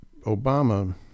Obama